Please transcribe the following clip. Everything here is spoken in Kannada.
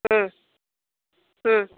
ಹ್ಞೂ ಹ್ಞೂ